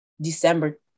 December